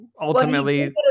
ultimately